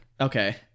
Okay